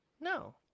No